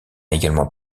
également